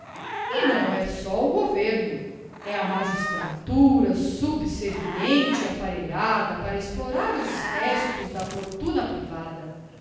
e não é só o governo e'a magistratura subserviente e apparelhada para explorar os restos da fortuna privada